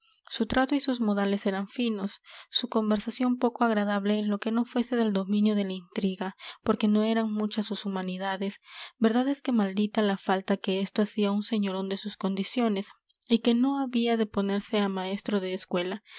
su trato y sus modales eran finos su conversación poco agradable en lo que no fuese del dominio de la intriga porque no eran muchas sus humanidades verdad es que maldita la falta que esto hacía a un señorón de sus condiciones y que no había de ponerse a maestro de escuela